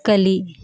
ಕಲಿ